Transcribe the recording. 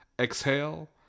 exhale